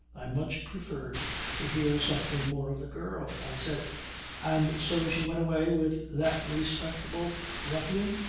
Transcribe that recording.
i much preferred to hear something more of the girl. i said and so she went away with that respectable ruffian.